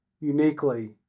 uniquely